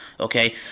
Okay